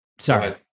Sorry